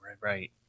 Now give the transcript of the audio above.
Right